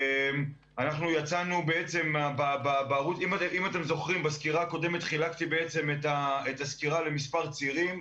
אם אתם זוכרים בסקירה הקודמת חילקתי את הסקירה למספר צירים.